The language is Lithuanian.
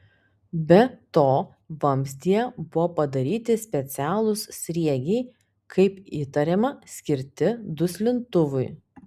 be to vamzdyje buvo padaryti specialūs sriegiai kaip įtariama skirti duslintuvui